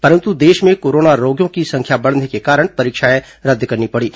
परंतु देश में कोरोना रोगियों की संख्या बढ़ने के कारण परीक्षाएं रद्द करनी पड़ीं